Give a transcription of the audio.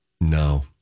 No